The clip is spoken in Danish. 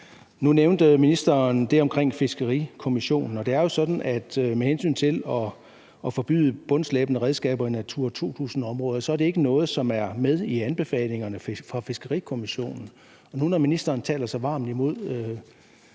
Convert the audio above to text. Nu nævnte ministeren det omkring Fiskerikommissionen, og det er jo sådan, at med hensyn til at forbyde bundslæbende redskaber i Natura 2000-områder er det ikke noget, som er med i anbefalingerne fra Fiskerikommissionen. Nu, når ministeren taler så varmt imod